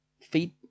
Feed